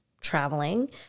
traveling